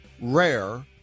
rare